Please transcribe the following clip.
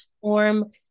form